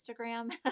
Instagram